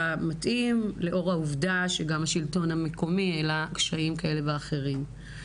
מתאים לאור העובדה שגם השלטון המקומי העלה קשיים כאלה ואחרים.